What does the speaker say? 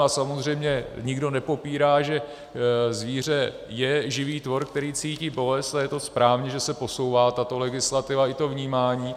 A samozřejmě nikdo nepopírá, že zvíře je živý tvor, který cítí bolest, a je to správně, že se posouvá tato legislativa i to vnímání.